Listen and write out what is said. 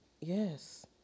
Yes